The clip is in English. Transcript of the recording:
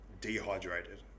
dehydrated